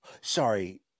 Sorry